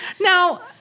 Now